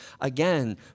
again